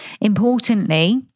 Importantly